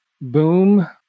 boom